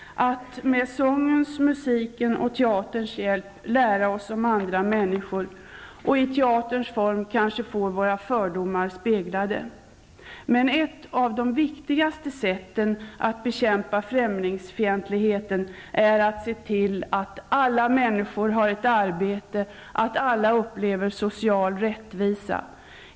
Att med sångens, musikens och teaterns hjälp lära oss om andra människor och i teaterns form kanske får våra fördomar speglade. Men ett av de viktigaste sätten att bekämpa främlingsfientligheten är att se till att alla människor har ett arbete, att alla upplever social rättvisa.